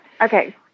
Okay